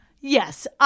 Yes